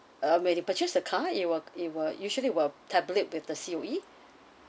uh when you purchase a car it will it will usually will tabulate with the C_O_E